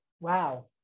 Wow